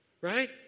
right